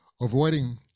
avoiding